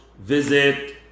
visit